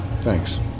Thanks